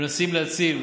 מנסים להציל.